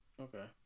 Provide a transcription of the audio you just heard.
Okay